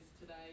today